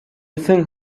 think